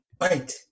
Right